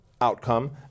outcome